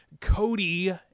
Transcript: Cody